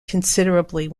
considerably